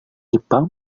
jepang